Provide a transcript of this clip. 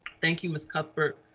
thank you, ms. cuthbert,